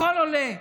הכול עולה.